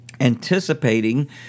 anticipating